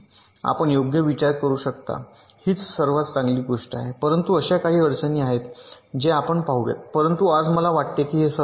आपण योग्य विचार करू शकता हीच सर्वात चांगली गोष्ट आहे परंतु अशा काही अडचणी आहेत ज्या आपण पाहूया परंतु आज मला वाटते की हे सर्व आहे